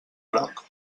groc